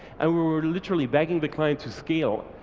and we were literally begging the client to scale,